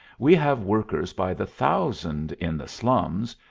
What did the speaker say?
we have workers by the thousand in the slums,